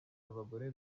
abagore